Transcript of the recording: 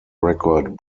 record